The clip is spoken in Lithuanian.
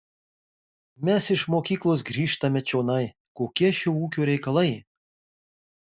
mes iš mokyklos grįžtame čionai kokie šio ūkio reikalai